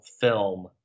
film